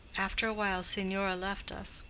after a while signora left us,